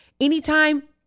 Anytime